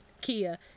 Kia